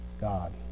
God